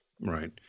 Right